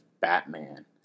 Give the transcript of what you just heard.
Batman